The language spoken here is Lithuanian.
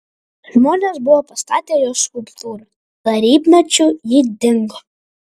žmonės buvo pastatę jos skulptūrą tarybmečiu ji dingo